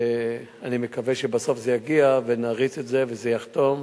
ואני מקווה שבסוף זה יגיע, נריץ את זה וזה ייחתם.